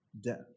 death